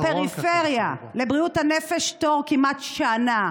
בפריפריה, לבריאות הנפש התור כמעט שנה.